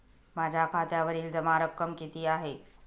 माझ्या खात्यावरील जमा रक्कम किती आहे?